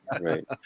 right